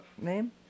name